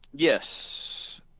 yes